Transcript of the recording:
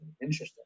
interesting